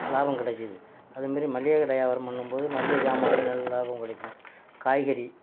லாபம் கிடைச்சிது அது மாதிரி மளிகை கடை வியாபாரம் பண்ணும் போது மளிகை சாமன்லையும் நல்ல லாபம் கிடைக்கும் காய்கறி